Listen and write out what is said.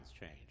change